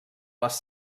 les